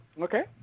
Okay